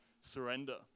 surrender